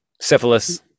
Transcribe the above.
syphilis